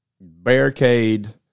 barricade